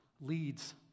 leads